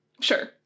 sure